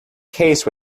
case